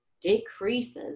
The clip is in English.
decreases